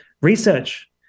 research